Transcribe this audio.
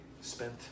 spent